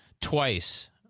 twice